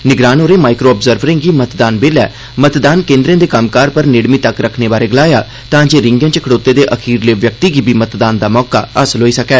प्रेक्षक होरें माइक्रो अर्ब्ज़वरें गी मतदान बेल्लै मतदान केंद्रें दे कम्मकार पर नेड़मी तक्क रखने बारै गलाया तां जे रींगें च खड़ोते दे खीरले व्यक्ति गी बी मतदान दा मौका थ्होई सकै